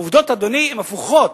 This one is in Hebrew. העובדות, אדוני, הן הפוכות.